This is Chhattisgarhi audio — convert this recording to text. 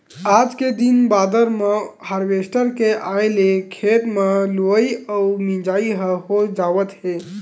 आज के दिन बादर म हारवेस्टर के आए ले खेते म लुवई अउ मिजई ह हो जावत हे